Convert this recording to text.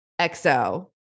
XO